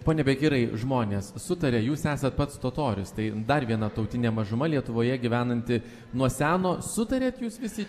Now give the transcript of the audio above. pone bekirai žmonės sutaria jūs esat pats totorius tai dar viena tautinė mažuma lietuvoje gyvenanti nuo seno sutariat jūs visi